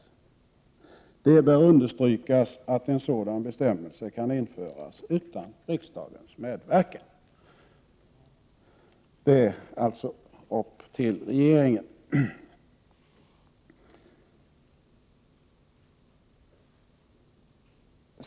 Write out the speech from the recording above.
Det bör understrykas att sådana bestämmelser kan införas utan riksdagens medverkan.” Det är alltså upp till regeringen.